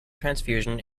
transfusion